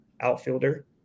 outfielder